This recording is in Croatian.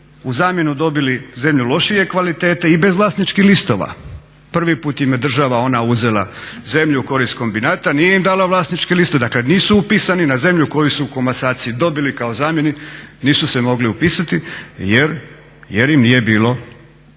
u zamjenu dobili zemlju lošije kvalitete i bez vlasničkih listova. Prvi put im je država ona uzela zemlju u korist kombinata, nije im dala vlasnički list, dakle nisu upisani na zemlju koju su u komasaciji dobili kao zamjenu, nisu se mogli upisati jer im nije bila